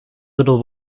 little